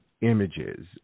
images